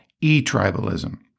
e-tribalism